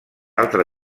altre